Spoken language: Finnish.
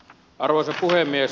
arvoisa puhemies